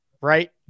right